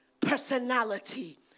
personality